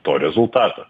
to rezultatą